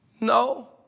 no